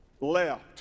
left